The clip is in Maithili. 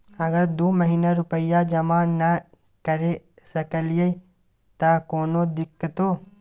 अगर दू महीना रुपिया जमा नय करे सकलियै त कोनो दिक्कतों?